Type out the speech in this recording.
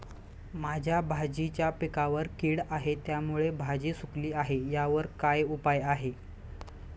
माझ्या भाजीच्या पिकावर कीड आहे त्यामुळे भाजी सुकली आहे यावर काय उपाय?